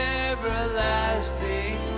everlasting